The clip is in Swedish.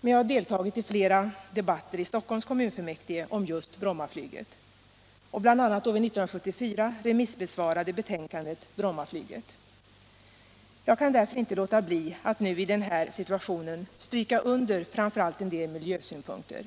men jag har deltagit i flera debatter i Stockholms kommunfullmäktige om just Brommaflyget, bl.a. då vi 1974 remissbesvarade betänkandet Brommaflyget. Jag kan därför inte låta bli att i den här situationen stryka under framför allt en del miljösynpunkter.